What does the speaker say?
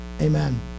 Amen